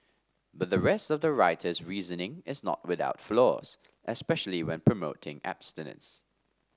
but the rest of the writer's reasoning is not without flaws especially when promoting abstinence